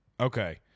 Okay